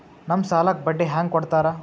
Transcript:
ನಮ್ ಸಾಲಕ್ ಬಡ್ಡಿ ಹ್ಯಾಂಗ ಕೊಡ್ತಾರ?